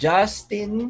Justin